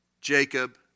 Jacob